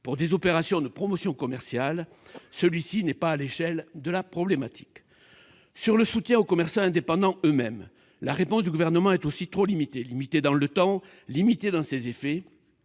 pour des opérations de promotion commerciale, il n'est pas à l'échelle de la problématique. Concernant le soutien aux commerçants indépendants eux-mêmes, la réponse du Gouvernement est là aussi trop limitée, dans le temps comme dans ses effets,